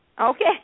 Okay